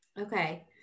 Okay